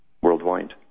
worldwide